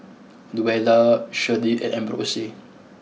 Luella Shirlie and Ambrose